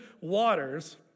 waters